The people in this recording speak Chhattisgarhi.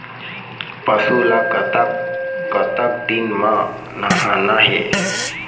पशु ला कतक कतक दिन म नहाना हे?